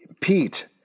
Pete